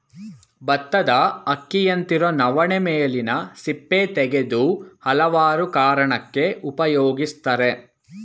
ಬತ್ತದ ಅಕ್ಕಿಯಂತಿರೊ ನವಣೆ ಮೇಲಿನ ಸಿಪ್ಪೆ ತೆಗೆದು ಹಲವಾರು ಕಾರಣಕ್ಕೆ ಉಪಯೋಗಿಸ್ತರೆ